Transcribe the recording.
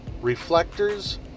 reflectors